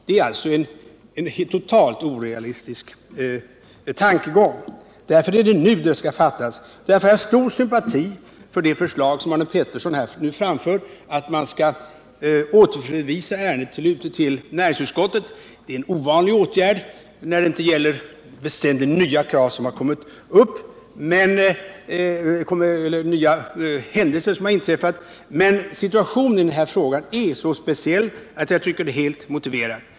Det är alltså en totalt orealistisk tankegång. Därför är det nu ett beslut skall fattas. Mot denna bakgrund har jag stor sympati för det förslag som Arne Pettersson här har framfört, nämligen att man skall återförvisa ärendet till näringsutskottet. Det är en ovanlig åtgärd när det inte gäller väsentligt nya krav som har kommit upp eller nya händelser som har inträffat, men situationen i denna fråga är så speciell att jag tycker det är helt motiverat.